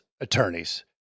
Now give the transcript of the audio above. attorneys